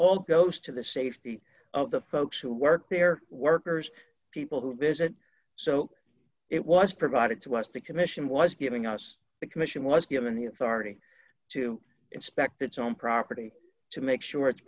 all goes to the safety of the folks who work there workers people who visit so it was provided to us the commission was giving us the commission was given the authority to inspect its own property to make sure it